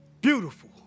beautiful